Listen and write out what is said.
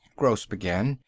gross began,